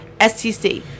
STC